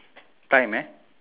time eh